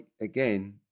again